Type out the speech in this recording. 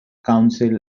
council